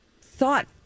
thought